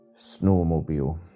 Snowmobile